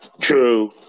true